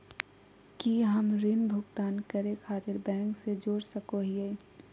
की हम ऋण भुगतान करे खातिर बैंक से जोड़ सको हियै?